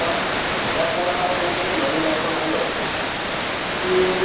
पण या कोरोना मधे ते एक नवीन असं झालं की